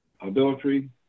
adultery